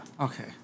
Okay